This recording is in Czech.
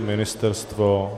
Ministerstvo?